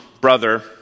brother